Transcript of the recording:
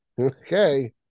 Okay